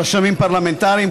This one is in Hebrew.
רשמים פרלמנטריים,